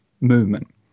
movement